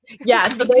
Yes